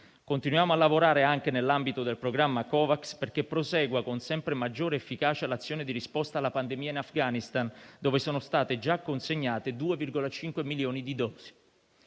Continuiamo a lavorare anche nell'ambito del programma COVAX, perché prosegua con sempre maggiore efficacia l'azione di risposta alla pandemia in Afghanistan, dove sono state già consegnate 2,5 milioni di dosi.